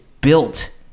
built